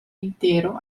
intero